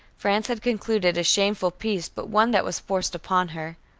france had concluded a shameful peace but one that was forced upon her.